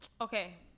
okay